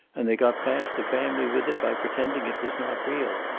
and they got past the family with it by pretending it was not real,